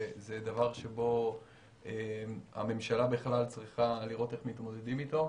זה דבר שבו הממשלה בכלל צריכה לראות איך מתמודדים איתו.